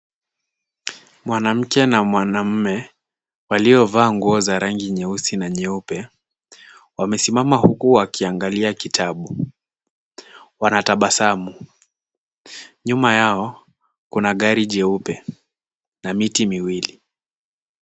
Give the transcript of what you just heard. Mwanamke na mwanaume waliovaa nguo za rangi nyeusi na nyeupe wamesimama huku wakiangalia kitabu wanatabasamu. Nyuma yao kuna gari jeupe na miti miwili.